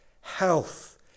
health